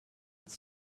its